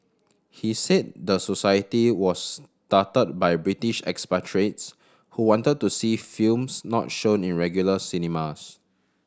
he said the society was started by British expatriates who wanted to see films not shown in regular cinemas